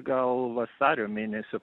gal vasario mėnesio